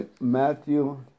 Matthew